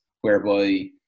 whereby